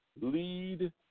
lead